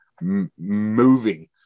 moving